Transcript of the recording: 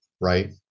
right